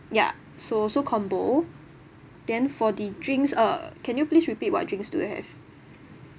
ya so so combo then for the drinks uh can you please repeat what drinks do you have